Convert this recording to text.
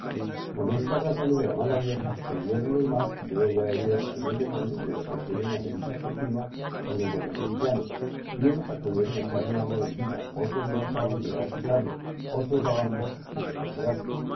con estas razones de la mala vieja creyeron los más que yo debía de ser algún demonio de los que tienen ojeriza continua con los buenos cristianos y unos acudieron a echarme agua bendita otros no osaban llegar a quitarme otros daban voces que me conjurasen